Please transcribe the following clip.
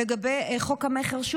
לגבי חוק המכר,